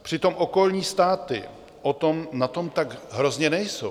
Přitom okolní státy na tom tak hrozně nejsou.